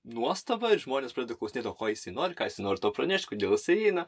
nuostabą ir žmonės pradeda klausinėt o ko jisai nori ką jisai nori tuo pranešt kodėl jisai eina